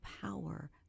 power